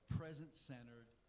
present-centered